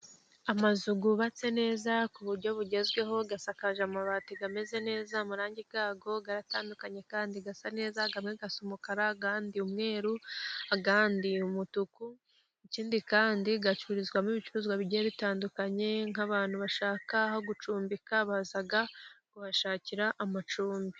Amazu yubatse neza ku buryo bugezweho, asakaje amabati ameze neza, amarangi yako aratandukanye kandi asa neza, amwe asa umukara ayandi umweru, ayandi umutuku. Ikindi kandi acururizwamo ibicuruzwa bigiye bitandukanye, nk'abantu bashaka aho gucumbika baza kuhashakira amacumbi.